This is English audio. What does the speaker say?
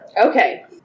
Okay